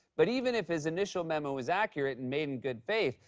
but even if his initial memo was accurate and made in good faith,